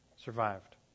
survived